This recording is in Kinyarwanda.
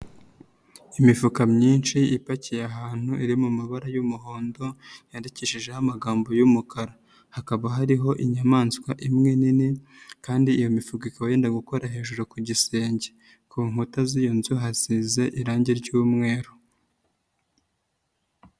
Imifuka myinshi ipakiye ahantu iri mu mabara y'umuhondo, yandikishijeho amagambo y'umukara. Hakaba hariho inyamaswa imwe nini, kandi iyo mifuka ikaba yenda gukora hejuru ku gisenge. Ku nkuta z'iyo nzu hasize irangi ry'umweru.